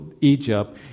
Egypt